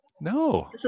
no